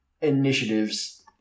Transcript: Initiatives